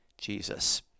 Jesus